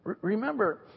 remember